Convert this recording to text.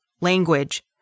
language